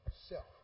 Self